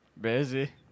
Busy